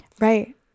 Right